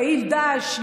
פעיל דאעש,